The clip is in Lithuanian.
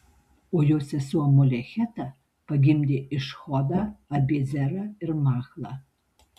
o jo sesuo molecheta pagimdė išhodą abiezerą ir machlą